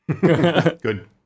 Good